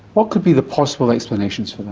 what could be the possible explanations for that?